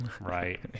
Right